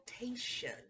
rotation